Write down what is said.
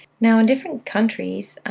now in different countries,